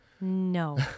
No